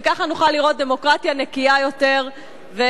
וככה נוכל לראות דמוקרטיה נקייה יותר ולמנוע,